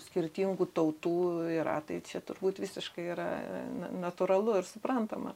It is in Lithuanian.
skirtingų tautų yra tai čia turbūt visiškai yra na natūralu ir suprantama